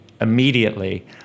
immediately